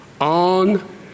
on